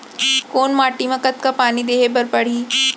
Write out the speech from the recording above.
कोन माटी म कतका पानी देहे बर परहि?